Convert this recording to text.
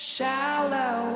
Shallow